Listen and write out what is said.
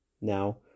now